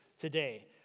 today